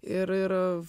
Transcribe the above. ir ir